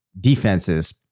defenses